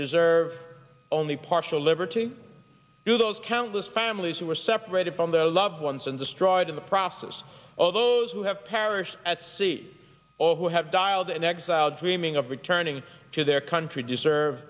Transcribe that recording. deserve only partial liberty to those countless families who were separated from their loved ones and destroyed in the process all those who have perished at sea or who have dials and exile dreaming of returning to their country deserve